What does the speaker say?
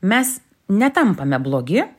mes netampame blogi